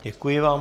Děkuji vám.